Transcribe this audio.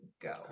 go